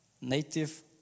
native